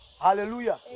Hallelujah